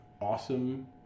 awesome